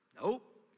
Nope